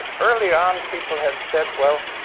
early on, people had said, well,